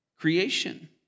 creation